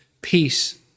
peace